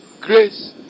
grace